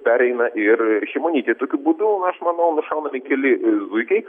pereina ir šimonytei tokiu būdu aš manau nušaunami keli zuikiai